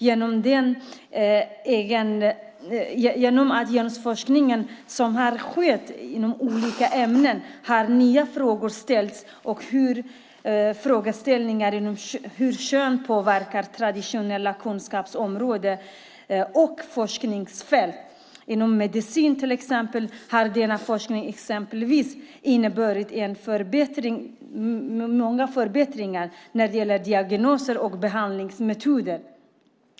Genom den genusforskning som har skett inom olika ämnen har nya frågor ställts om hur kön påverkar traditionella kunskapsområden och forskningsfält. Inom medicinen har denna forskning exempelvis inneburit många förbättringar när det gäller diagnoser och behandlingsmetoder.